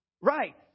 Right